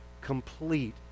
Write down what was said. complete